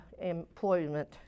employment